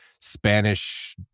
Spanish